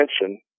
attention